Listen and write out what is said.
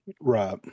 Right